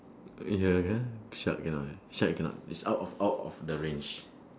eh ya ah shark cannot shark cannot it's out of out of the range